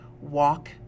walk